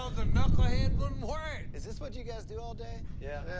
ah the knucklehead wouldn't wear it. is this what you guys do all day? yeah,